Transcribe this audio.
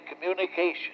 communication